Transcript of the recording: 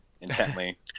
intently